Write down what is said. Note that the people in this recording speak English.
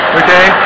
okay